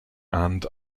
and